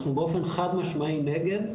אנחנו באופן חד משמעי נגד.